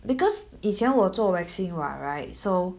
because 以前我做 waxing what right so